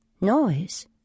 Noise